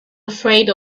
afraid